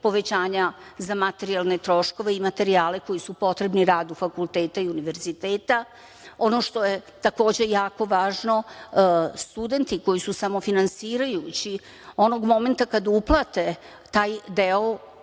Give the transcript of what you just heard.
povećanja za materijalne troškove i materijale koji su potrebni radu fakulteta i univerziteta. Ono što je takođe jako važno, studenti koji su samofinansirajući, onog momenta kada uplate taj deo